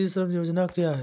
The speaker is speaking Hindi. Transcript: ई श्रम योजना क्या है?